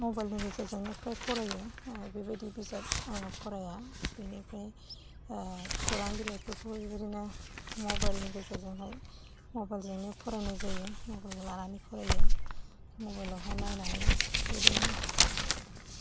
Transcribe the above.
मबाइलनि गेजेरजोंनो फ्राय फरायो बेबायदि बिजाब आङो फराया बिनिफ्राय खौरां बिलाइफोरखौबो बेबायदिनो मबाइलनि गेजेरजोंहाय मबाइलजोंनो फरायनाय जायो मबाइलखौ लानानै फरायो मबाइलावहाय नायनानै बिदिनो